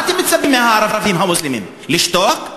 מה אתם מצפים מהערבים המוסלמים, לשתוק?